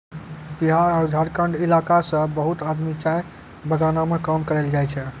बिहार आरो झारखंड इलाका सॅ बहुत आदमी चाय बगानों मॅ काम करै ल जाय छै